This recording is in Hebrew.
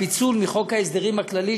הפיצול מחוק ההסדרים הכללי,